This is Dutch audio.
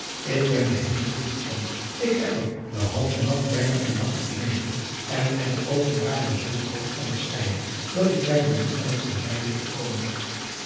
ik ben er heel bedroefd om ik heb er den halven nacht bijna om wakker gelegen en mijne oogen waren zoo rood van het schreijen dat ik bijna niet aan het ontbijt durfde komen